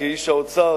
כאיש האוצר,